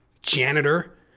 Janitor